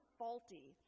faulty